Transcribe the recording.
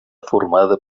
formada